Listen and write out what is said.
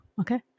Okay